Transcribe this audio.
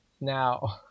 Now